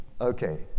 Okay